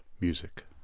Music